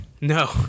No